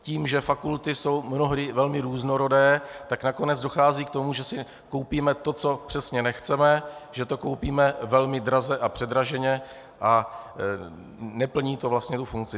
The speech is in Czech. Tím, že fakulty jsou mnohdy velmi různorodé, tak nakonec dochází k tomu, že si koupíme to, co přesně nechceme, že to koupíme velmi draze a předraženě a neplní to vlastně tu funkci.